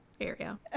area